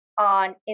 on